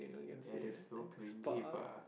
that is so cringy pa